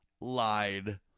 lied